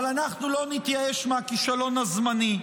אבל אנחנו לא נתייאש מהכישלון הזמני.